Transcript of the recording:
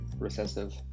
recessive